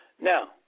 Now